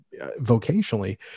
vocationally